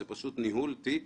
זה פשוט ניהול תיק